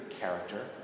character